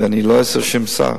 ואני לא עשר שנים שר,